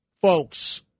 Folks